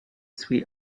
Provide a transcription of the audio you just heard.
sweet